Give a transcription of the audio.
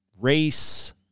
race